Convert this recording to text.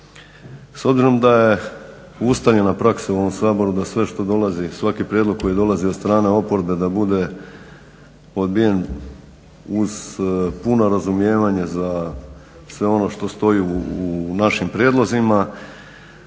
S obzirom da je ustaljena praksa u ovom Saboru da sve što dolazi, svaki prijedlog koji dolazi od strane oporbe da bude odbijen uz puno razumijevanja za sve ono što stoji u našim prijedlozima.